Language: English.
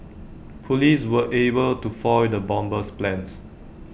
Police were able to foil the bomber's plans